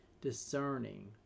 discerning